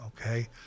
okay